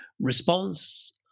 response